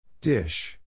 Dish